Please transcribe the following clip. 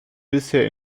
bisher